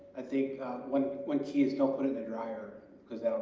i think one one key is don't put in the dryer cause